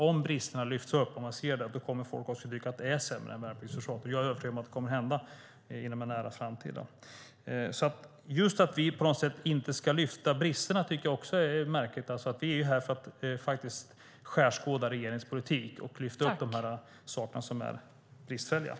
Om bristerna lyfts fram kommer folk att tycka att det är sämre än ett värnpliktsförsvar. Jag är övertygad om att det kommer att hända inom en nära framtid. Jag tycker att det är märkligt att vi inte ska lyfta fram bristerna. Vi är faktiskt här för att skärskåda regeringens politik och lyfta fram det som är bristfälligt.